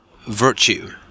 virtue